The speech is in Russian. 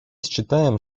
считаем